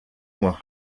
mois